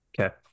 Okay